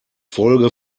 folge